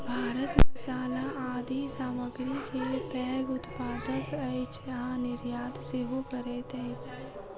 भारत मसाला आदि सामग्री के पैघ उत्पादक अछि आ निर्यात सेहो करैत अछि